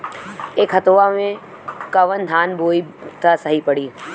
ए खेतवा मे कवन धान बोइब त सही पड़ी?